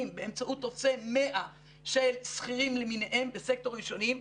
באמצעות טופסי 100 של שכירים למיניהם בסקטורים שונים.